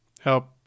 help